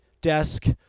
desk